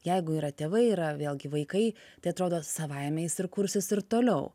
jeigu yra tėvai yra vėlgi vaikai tai atrodo savaime jis ir kursis ir toliau